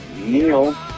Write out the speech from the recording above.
Neil